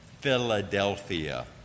Philadelphia